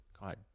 God